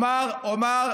גם הסירוב שלכם פוליטי.